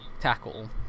tackle